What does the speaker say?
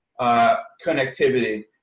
connectivity